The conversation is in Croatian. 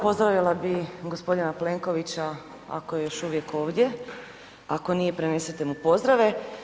Pozdravila bih gospodina Plenkovića ako je još uvijek ovdje, ako nije prenesite mu pozdrave.